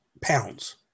pounds